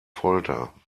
folter